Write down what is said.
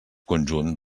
conjunt